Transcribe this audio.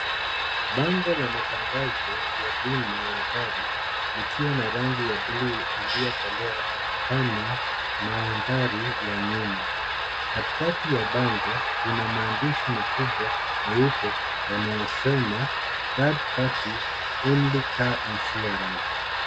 Bango la matangazo ya bima ya gari ikiwa na rangi ya buluu iliyokolea kama maandhari ya nyuma. Katikati ya bango kuna maandish makubwa meupe yanayosema third party only car insurance .